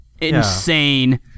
insane